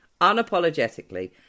unapologetically